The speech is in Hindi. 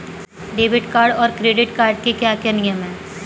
डेबिट कार्ड और क्रेडिट कार्ड के क्या क्या नियम हैं?